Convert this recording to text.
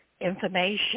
information